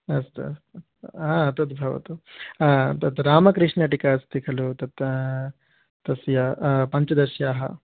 अस्तु अस्तु हा तद्भवतु तद् रामकृष्णटीका अस्ति खलु तत् तस्य पञ्चदश्याः